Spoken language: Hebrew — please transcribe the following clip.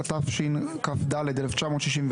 התשכ"ד-1964,